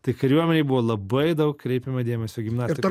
tai kariuomenėj buvo labai daug kreipiama dėmesio į gimnastiką